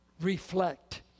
reflect